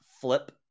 flip